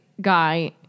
guy